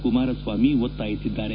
ಕುಮಾರಸ್ವಾಮಿ ಒತ್ತಾಯಿಸಿದ್ದಾರೆ